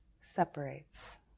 separates